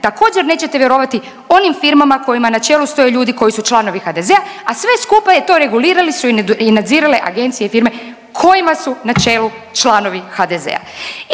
također nećete vjerovati onim firmama kojima na čelu stoje ljudi koji su članovi HDZ-a, a sve skupa je to regulirale su i nadzirale agencije i firme kojima su na čelu članovi HDZ-a.